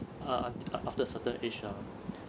ah after a certain age ah